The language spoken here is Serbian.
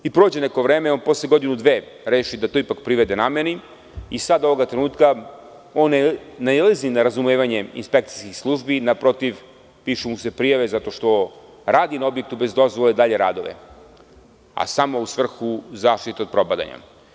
Zatim prođe neko vreme, posle godinu, dve, reši da to ipak privede nameni i sada ovog trenutka nailazi na nerazumevanje inspekcijskih službi, pišu mu se prijave što radi na objektu bez dozvole dalje radove, a samo u svrhu zaštite od propadanja.